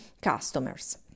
customers